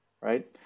Right